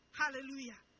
hallelujah